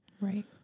right